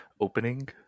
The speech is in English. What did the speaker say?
opening